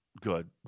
good